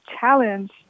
challenge